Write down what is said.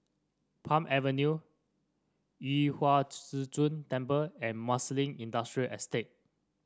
Palm Avenue Yu Huang Zhi Zun Temple and Marsiling Industrial Estate